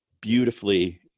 beautifully